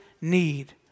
need